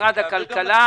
משרד הכלכלה,